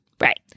Right